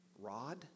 Rod